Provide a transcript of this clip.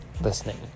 listening